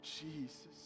Jesus